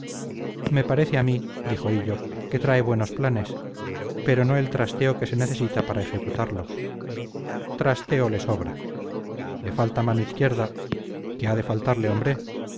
me parece a mí dijo hillo que trae buenos planes pero no el trasteo que se necesita para ejecutarlos trasteo le sobra le falta mano izquierda qué ha de faltarle hombre